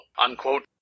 unquote